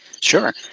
Sure